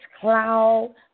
cloud